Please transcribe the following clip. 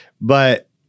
but-